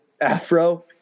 Afro